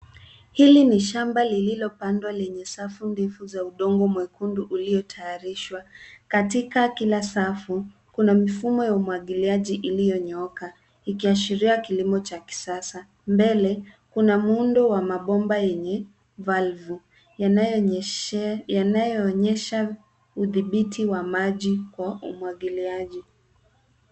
Hili ni shamba lililopandwa lenye safu ndefu za udongo mwekundu uliotayarishwa. Katika kila safu, kuna mifumo ya umwagiliaji iliyonyooka ikiashiria kilimo cha kisasa. Mbele kuna muundo wa mabomba yenye valvu yanayo onyeshea udhibiti wa maji kwa umwagiliaji.